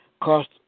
Cost